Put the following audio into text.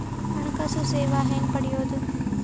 ಹಣಕಾಸು ಸೇವಾ ಹೆಂಗ ಪಡಿಯೊದ?